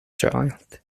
child